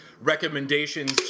recommendations